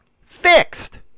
fixed